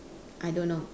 I don't know